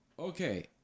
Okay